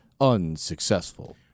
unsuccessful